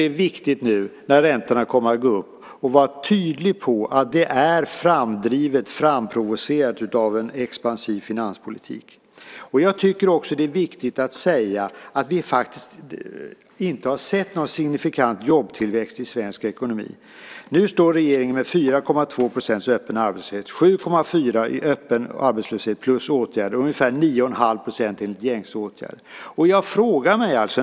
Det är viktigt när räntorna går upp att vara tydlig med att det är framdrivet och framprovocerat av en expansiv finanspolitik. Jag tycker att det är viktigt att säga att vi inte har sett någon signifikant jobbtillväxt i svensk ekonomi. Nu står regeringen med 4,2 % öppen arbetslöshet. 7,4 % i öppen arbetslöshet, plus åtgärder. Det är ungefär 9,5 % enligt gängse åtgärder.